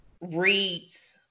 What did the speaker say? reads